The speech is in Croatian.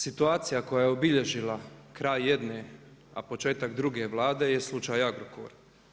Situacija koja je obilježila kraj jedne, a početak druge Vlade je slučaj Agrokor.